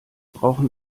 brauchen